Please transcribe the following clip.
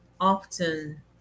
often